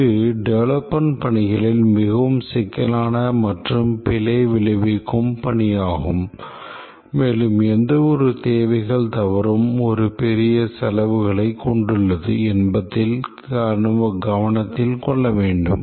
இது டெவெலப்மென்ட் பணிகளில் மிகவும் சிக்கலான மற்றும் பிழை விளைவிக்கும் பணியாகும் மேலும் எந்தவொரு தேவைகள் தவறும் ஒரு பெரிய செலவுகளைக் கொண்டுள்ளது என்பதைக் கவனத்தில் கொள்ள வேண்டும